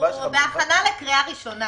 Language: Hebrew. אנחנו בהכנה לקריאה ראשונה.